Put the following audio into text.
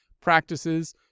practices